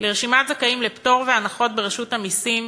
לרשימת הזכאים לפטור והנחות ברשות המסים,